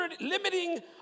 limiting